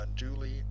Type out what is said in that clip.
unduly